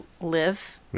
live